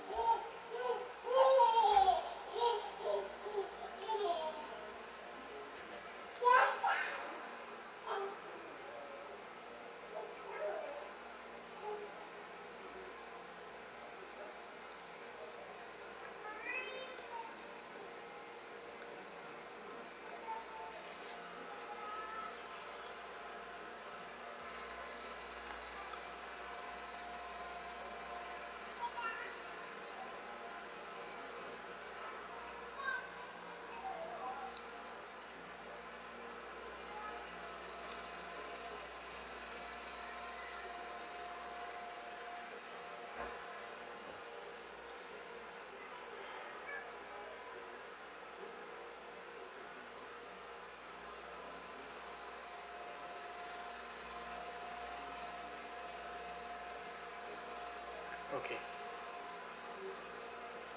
okay